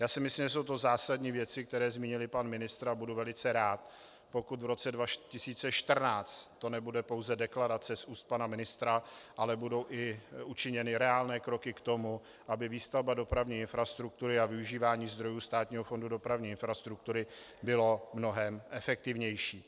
Já si myslím, že to jsou zásadní věci, které zmínil i pan ministr, a budu velice rád, pokud v roce 2014 to nebude pouze deklarace z úst pana ministra, ale budou učiněny i reálné kroky k tomu, aby výstavba dopravní infrastruktury a využívání zdrojů Státního fondu dopravní infrastruktury bylo mnohem efektivnější.